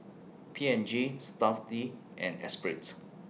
P and G Stuff'd and Esprit